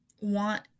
want